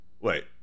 Wait